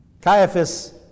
Caiaphas